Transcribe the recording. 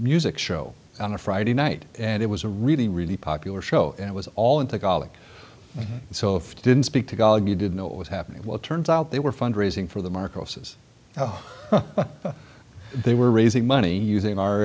music show on a friday night and it was a really really popular show and it was all into golic so if didn't speak to god you didn't know it was happening well it turns out they were fundraising for the marcos they were raising money using our